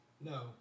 No